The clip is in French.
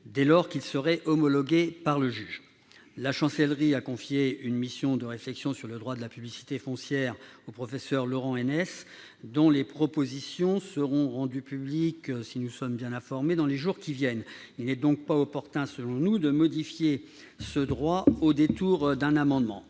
dès lors qu'ils seraient homologués par le juge. La Chancellerie a confié une mission de réflexion sur le droit de la publicité foncière au professeur Laurent Aynès. Ses propositions seront rendues publiques, si nous sommes bien informés, dans les jours qui viennent. Il n'est donc pas opportun, à nos yeux, de modifier ce droit au détour d'un amendement.